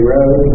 Road